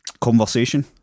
conversation